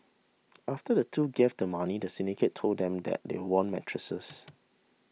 after the two gave the money the syndicate told them that they won mattresses